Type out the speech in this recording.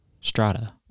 Strata